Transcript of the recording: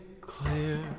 clear